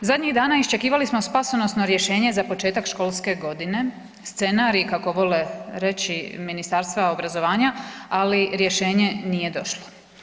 Zadnjih dana iščekivali smo spasonosno rješenje za početak školske godine, scenarij kako vole reći Ministarstvo obrazovanja, ali rješenje nije došlo.